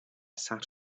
sat